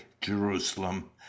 Jerusalem